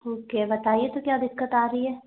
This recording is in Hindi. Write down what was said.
ओके बताइए तो क्या दिक्कत आ रही है